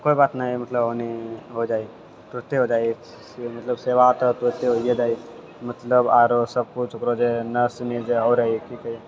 तऽ कोइ बात नहि मतलब ओने हो जाइए तुरते भए जाइए सेवा तऽ तुरते होइए जाइए मतलब आओर सभ किछु ओकरो जे नर्स सनि जे आओर है कि कहै छै